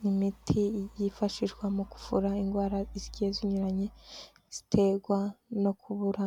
Ni imiti yifashishwa mu kuvura indwara zigiye zinyuranye, ziterwa no kubura